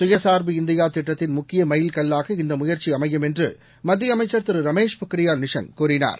சுயசார்பு இந்தியா திட்டத்தின் முக்கிய மைல் கல்லாக இந்த முயற்சி அமையும் என்று மத்திய அமைச்சர் திரு ரமேஷ் பொக்ரியால் நிஷாங் கூறினார்